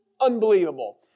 unbelievable